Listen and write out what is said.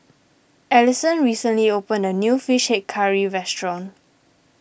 Allyson recently opened a new Fish Head Curry restaurant